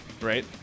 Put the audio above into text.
right